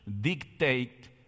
dictate